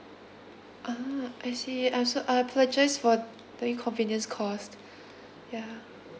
ah I see I'm so I apologise for the inconvenience caused yeah